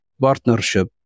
partnership